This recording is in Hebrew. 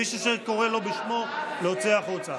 מי שקורא לא בשמו, להוציא החוצה.